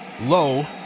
Low